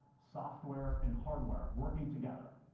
software, and hardware working together.